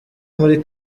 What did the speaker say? muri